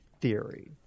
theory